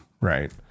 Right